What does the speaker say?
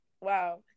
wow